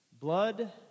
blood